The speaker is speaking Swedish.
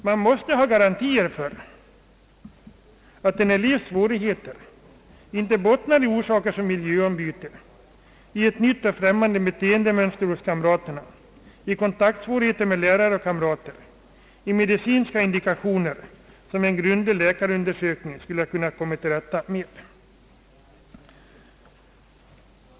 Man måste ha garantier för att en elevs svårigheter inte bottnar i sådant som miljöombyte, ett nytt och främmande beteendemönster hos kamraterna, kontaktsvårigheter med lärare och kamrater eller medicinska indikationer som en grundlig läkarundersökning skulle ha kunnat komma till rätta med.